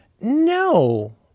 No